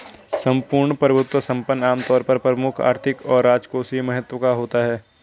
सम्पूर्ण प्रभुत्व संपन्न आमतौर पर प्रमुख आर्थिक और राजकोषीय महत्व का होता है